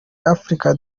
africa